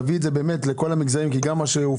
אני בתקווה שנביא את זה לכל המגזרים כי גם מה שהופץ,